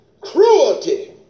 cruelty